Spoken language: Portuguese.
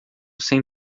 sem